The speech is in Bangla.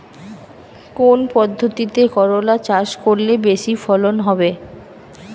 কোন পদ্ধতিতে করলা চাষ করলে বেশি ফলন হবে?